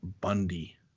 Bundy